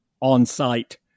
on-site